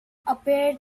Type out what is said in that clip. appeared